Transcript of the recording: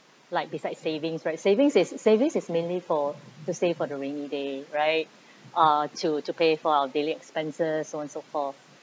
like beside savings right savings is savings is mainly for to save for the rainy day right uh to to pay for our daily expenses so on so forth